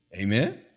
Amen